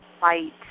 fight